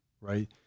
Right